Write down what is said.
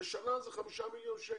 ולשנה אלה חמישה מיליון שקלים.